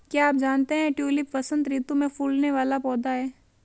क्या आप जानते है ट्यूलिप वसंत ऋतू में फूलने वाला पौधा है